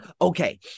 Okay